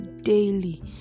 daily